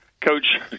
Coach